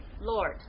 Lord